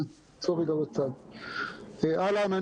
אהלן,